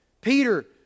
peter